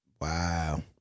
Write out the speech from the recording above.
Wow